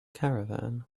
caravan